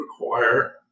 require